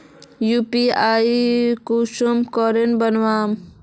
UPI कुंसम करे बनाम?